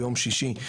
ביום שישי,